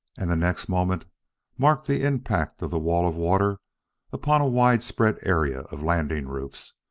and the next moment marked the impact of the wall of water upon a widespread area of landing roofs,